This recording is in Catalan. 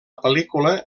pel·lícula